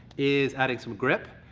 is adding some grip.